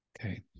Okay